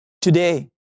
Today